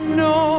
no